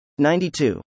92